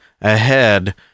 ahead